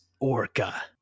Orca